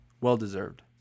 Well-deserved